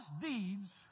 deeds